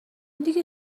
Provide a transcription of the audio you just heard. دیگه